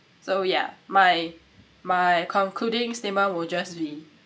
so ya my my concluding statement will just be